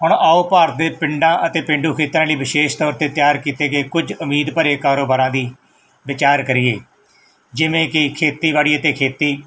ਹੁਣ ਆਓ ਭਾਰਤ ਦੇ ਪਿੰਡਾਂ ਅਤੇ ਪੇਂਡੂ ਖੇਤਰਾਂ ਲਈ ਵਿਸ਼ੇਸ਼ ਤੌਰ 'ਤੇ ਤਿਆਰ ਕੀਤੇ ਗਏ ਕੁਝ ਉਮੀਦ ਭਰੇ ਕਾਰੋਬਾਰਾਂ ਦੀ ਵਿਚਾਰ ਕਰੀਏ ਜਿਵੇਂ ਕਿ ਖੇਤੀਬਾੜੀ ਅਤੇ ਖੇਤੀ